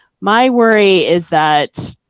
my worry is that,